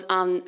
on